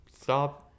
stop